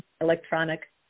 electronic